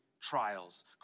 trials